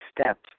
steps